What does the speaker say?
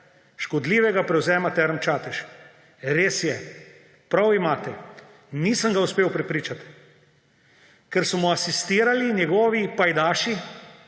škodljivega prevzema Term Čatež. Res je, prav imate, nisem ga uspel prepričati, ker so mu asistirali njegovi pajdaši